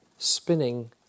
spinning